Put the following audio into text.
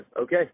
okay